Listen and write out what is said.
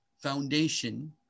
foundation